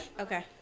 Okay